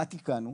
מה תיקנו?